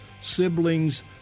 siblings